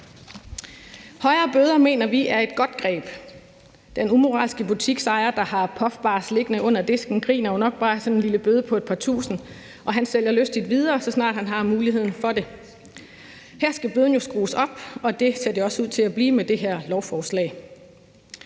Højere bøder mener vi er et godt greb. Den umoralske butiksejer, der har puffbars liggende under disken, griner jo nok bare af sådan en lille bøde på et par tusind kroner, og han sælger lystigt videre, så snart han har muligheden for det. Her skal bøden jo skrues op, og det ser den også ud til at blive med det her lovforslag.